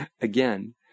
Again